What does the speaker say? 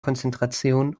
konzentration